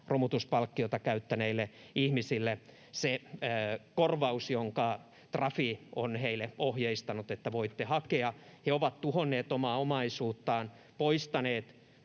romutuspalkkiota käyttäneille ihmisille se korvaus, jonka Trafi on heille ohjeistanut, että voitte hakea. He ovat tuhonneet omaa omaisuuttaan, poistaneet